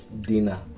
dinner